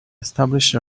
establish